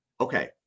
okay